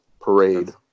parade